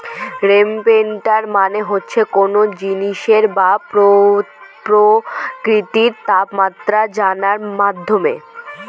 temperature মানে হচ্ছে কোনো জিনিসের বা প্রকৃতির তাপমাত্রা জানার মাধ্যম